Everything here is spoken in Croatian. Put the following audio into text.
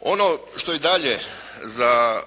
Ono što i dalje za